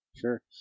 Sure